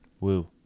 Woo